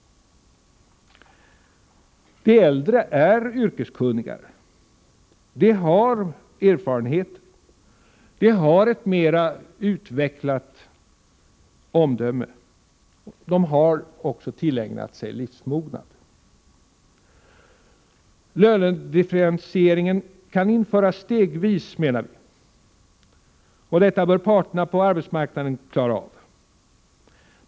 De äldre är yrkeskunnigare. De har erfarenhet. De har ett mera utvecklat omdöme. De har också tillägnat sig livsmognad. Lönedifferentieringen kan införas stegvis, menar vi, och detta bör parterna på arbetsmarknaden klara av.